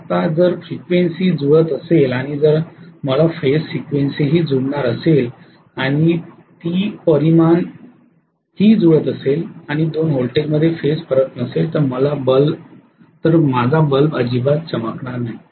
आता जर फ्रिक्वेन्सी जुळत असेल आणि जर मला फेज सिक्वेन्सही जुळणार असेल आणि जर ती परिमाण ही जुळत असेल आणि दोन व्होल्टेजमध्ये फेज फरक नसेल तर मला बल्ब अजिबात चमकणार नाहीत